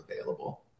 available